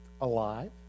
Alive